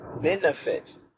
benefit